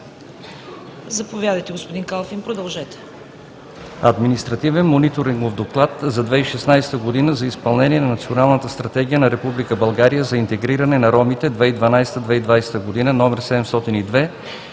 Заповядайте, господин Калфин, продължете.